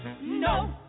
No